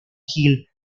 hill